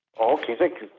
okay. thank